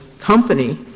company